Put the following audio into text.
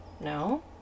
no